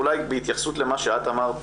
אולי בהתייחסות למה שאת אמרת,